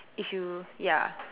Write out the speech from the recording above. if you ya